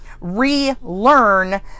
relearn